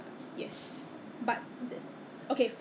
that means the price product they increase the product price